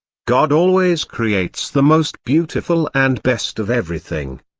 god always creates the most beautiful and best of everything.